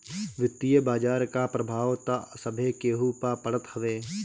वित्तीय बाजार कअ प्रभाव तअ सभे केहू पअ पड़त हवे